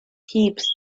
heaps